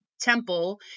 temple